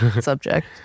subject